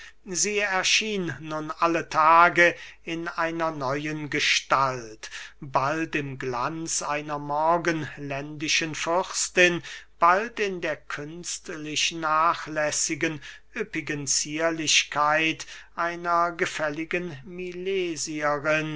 sie erschien nun alle tage in einer neuen gestalt bald im glanz einer morgenländischen fürstin bald in der künstlich nachlässigen üppigen zierlichkeit einer gefälligen milesierin